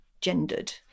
gendered